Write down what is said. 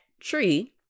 tree